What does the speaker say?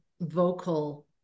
vocal